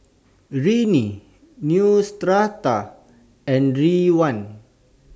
Rene Neostrata and Ridwind